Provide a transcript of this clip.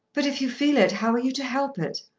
but if you feel it, how are you to help it?